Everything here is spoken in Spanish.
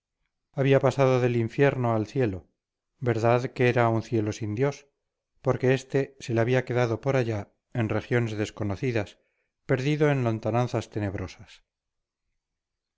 había pasado del infierno al cielo verdad que era un cielo sin dios porque este se le había quedado por allá en regiones desconocidas perdido en lontananzas tenebrosas